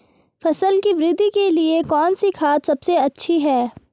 फसल की वृद्धि के लिए कौनसी खाद सबसे अच्छी है?